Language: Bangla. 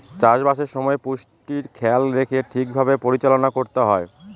চাষবাসের সময় পুষ্টির খেয়াল রেখে ঠিক ভাবে পরিচালনা করতে হয়